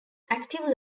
active